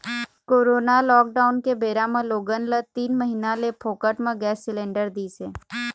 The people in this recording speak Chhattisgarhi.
कोरोना लॉकडाउन के बेरा म लोगन ल तीन महीना ले फोकट म गैंस सिलेंडर दिस हे